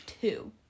two